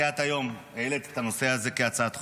כי את היום העלית את הנושא הזה כהצעת חוק,